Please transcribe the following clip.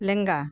ᱞᱮᱸᱜᱟ